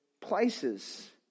places